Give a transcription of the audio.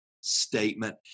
statement